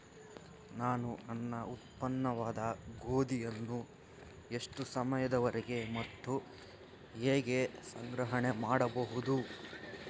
ನಾನು ನನ್ನ ಉತ್ಪನ್ನವಾದ ಗೋಧಿಯನ್ನು ಎಷ್ಟು ಸಮಯದವರೆಗೆ ಮತ್ತು ಹೇಗೆ ಸಂಗ್ರಹಣೆ ಮಾಡಬಹುದು?